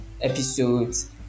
episodes